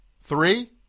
Three